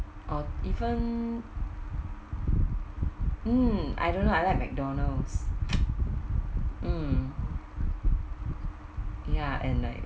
or even I don't know hmm I like mcdonald's mm ya and like